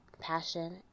passion